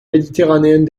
méditerranéenne